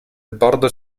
bordo